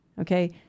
Okay